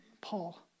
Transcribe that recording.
Paul